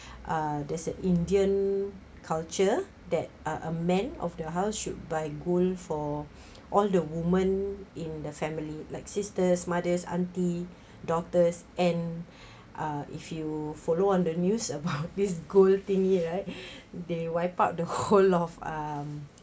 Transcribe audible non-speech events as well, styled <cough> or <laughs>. uh there's a indian culture that uh a man of the house should buy gold for <breath> all the woman in the family like sisters mothers auntie daughters and <breath> uh if you follow on the news about <laughs> this gold thingy right <breath> they wipe out the whole of um